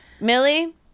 Millie